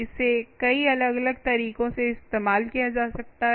इसे कई अलग अलग तरीकों से इस्तेमाल किया जा सकता है